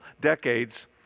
decades